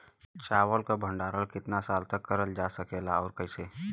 चावल क भण्डारण कितना साल तक करल जा सकेला और कइसे?